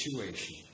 situation